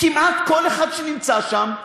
כמעט כל אחד שנמצא שם,